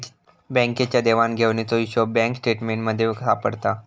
बँकेच्या देवघेवीचो हिशोब बँक स्टेटमेंटमध्ये सापडता